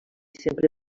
sempre